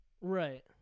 Right